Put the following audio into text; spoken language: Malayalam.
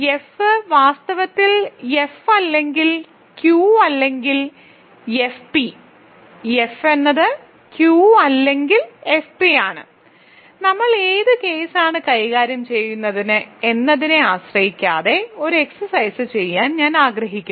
എഫ് വാസ്തവത്തിൽ എഫ് അല്ലെങ്കിൽ ക്യു അല്ലെങ്കിൽ എഫ് p F എന്നത് Q അല്ലെങ്കിൽ F p ആണ് നമ്മൾ ഏത് കേസാണ് കൈകാര്യം ചെയ്യുന്നത് എന്നതിനെ ആശ്രയിക്കാത്ത ഒരു എക്സർസൈസ് ചെയ്യാൻ ഞാൻ ആഗ്രഹിക്കുന്നു